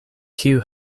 kiu